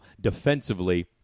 defensively